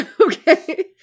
Okay